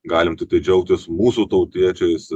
galim džiaugtis mūsų tautiečiais